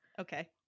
Okay